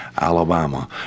Alabama